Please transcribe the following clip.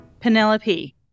Penelope